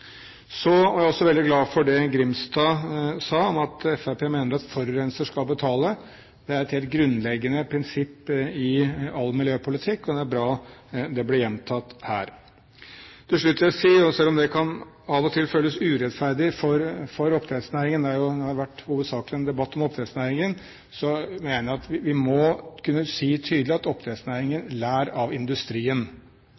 er også veldig glad for det Grimstad sa, om at Fremskrittspartiet mener at forurenser skal betale. Det er et helt grunnleggende prinsipp i all miljøpolitikk, og det er bra det blir gjentatt her. Til slutt vil jeg si, selv om det av og til kan føles urettferdig for oppdrettsnæringen, det har jo hovedsakelig vært en debatt om oppdrettsnæringen – at jeg mener at vi må kunne si tydelig til oppdrettsnæringen: